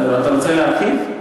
אתה רוצה להרחיב?